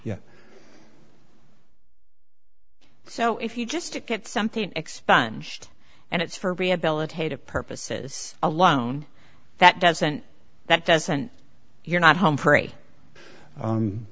yeah so if you just get something expunged and it's for rehabilitative purposes alone that doesn't that doesn't you're not home